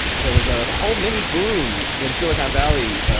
there was a whole mini-boom in silicon valley,